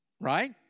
Right